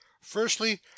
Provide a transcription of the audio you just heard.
Firstly